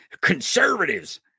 conservatives